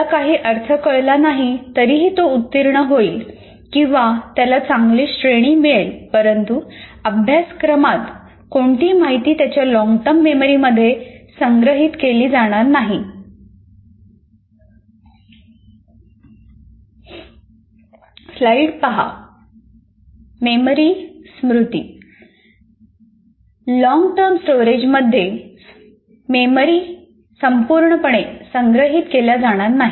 त्याला काही अर्थ कळला नाही तरीही तो उत्तीर्ण होईल किंवा त्याला चांगली श्रेणी मिळेल परंतु अभ्यासक्रमात कोणतीही माहिती त्याच्या लॉन्गटर्म मेमरीमध्ये संग्रहित केली जाणार नाही